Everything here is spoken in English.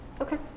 Okay